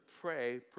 pray